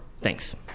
Thanks